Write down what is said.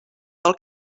del